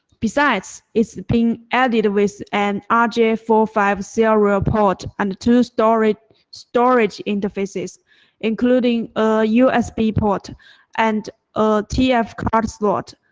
besides, it's been added with an r j four five serial port and two storage storage inferfaces including a usb port and a tf card slot,